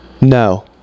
No